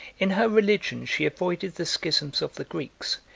in her religion, she avoided the schisms of the greeks,